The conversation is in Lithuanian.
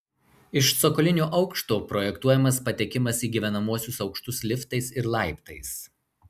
iš cokolinio aukšto projektuojamas patekimas į gyvenamuosius aukštus liftais ir laiptais